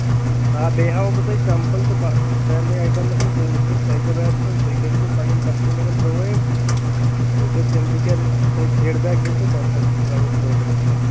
آ بیٚیہِ ہاوو بہٕ تۄہہِ سیٚمپٔل سارِنٕے آیٚٹمن ہٕنٛدۍ تُہۍ ؤچھِو تۄہہِ کیٛاہ باسوٕ تُہۍ کٔرو تیٚلہِ پَنٕنیٚن کَسٹمَرن پرٛوایِڈ ؤچھَو تِم تہِ کیٛاہ تۅہہِ فیٖڈ بیٚک دِن تہٕ تَمہِ پَتہٕ ترٛاوو أسۍ پرٛوڈکٹ تہِ تۄہہِ